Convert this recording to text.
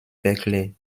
berkeley